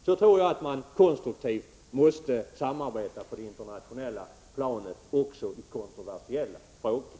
Så tror jag att man konstruktivt måste samarbeta på det internationella planet också i kontroversiella frågor.